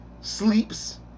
sleeps